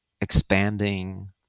expanding